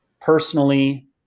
personally